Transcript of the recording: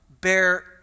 bear